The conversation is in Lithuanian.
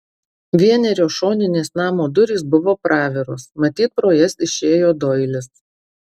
vienerios šoninės namo durys buvo praviros matyt pro jas išėjo doilis